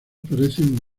parecen